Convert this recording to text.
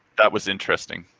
that was interesting.